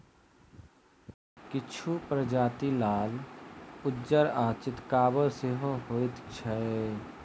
किछु प्रजाति लाल, उज्जर आ चितकाबर सेहो होइत छैक